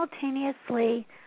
simultaneously